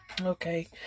Okay